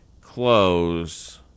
close